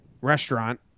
restaurant